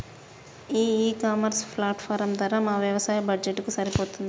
ఈ e commerce platform ధర మా వ్యవసాయ బడ్జెట్ కు సరిపోతుందా?